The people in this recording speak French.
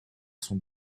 son